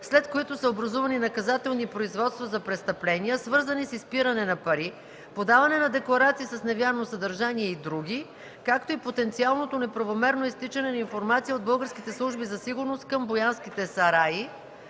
след които са образувани наказателни производства за престъпления, свързани с изпиране на пари, подаване на декларации с невярно съдържание и други, както и потенциалното неправомерно изтичане на информация от българските служби за сигурност към „Боянските сараи”